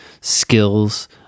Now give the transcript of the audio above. skills